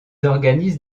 organisent